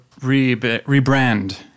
rebrand